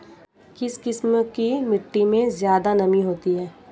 किस किस्म की मिटटी में ज़्यादा नमी होती है?